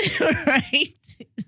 Right